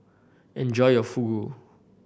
enjoy your Fugu